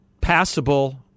Passable